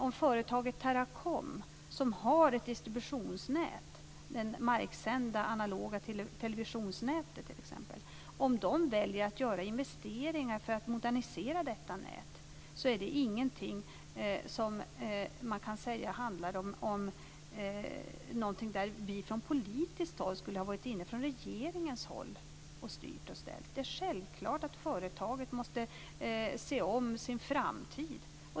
Om företaget Teracom, som har ett distributionsnät i nätet för marksänd analog television, väljer att göra investeringar för att modernisera detta nät kan det inte sägas handla om att vi från politiskt håll eller från regeringen skulle ha varit inne och styrt och ställt. Det är självklart att företaget måste se om sin framtid.